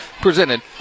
presented